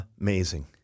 amazing